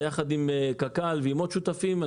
יחד עם קק"ל ועם עוד שותפים.